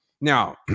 Now